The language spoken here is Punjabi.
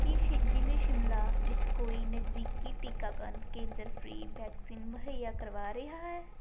ਕੀ ਸ਼ਿ ਜ਼ਿਲ੍ਹੇ ਸ਼ਿਮਲਾ ਵਿੱਚ ਕੋਈ ਨਜਦੀਕੀ ਟੀਕਾਕਰਨ ਕੇਂਦਰ ਫ੍ਰੀ ਵੈਕਸੀਨ ਮੁਹੱਈਆ ਕਰਵਾ ਰਿਹਾ ਹੈ